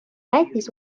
lätis